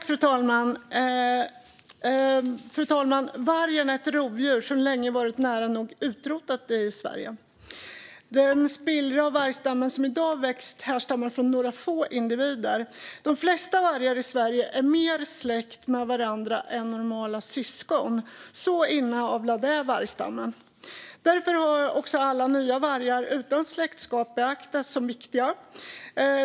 Fru talman! Vargen är ett rovdjur som länge har varit nära nog utrotat i Sverige. Den spillra av vargstammen som i dag vuxit härstammar från några få individer. De flesta vargar i Sverige är mer släkt med varandra än normala syskon, så inavlad är vargstammen. Därför har också alla nya vargar utan släktskap betraktats som viktiga.